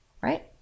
right